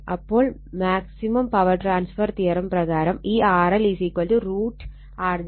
അപ്പോൾ maximum power transfer theorem പ്രകാരം ഈ RL √Rg 2 Xg XL2 ആയിരിക്കും